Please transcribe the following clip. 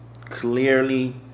clearly